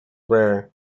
rare